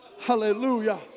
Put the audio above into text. hallelujah